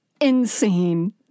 Insane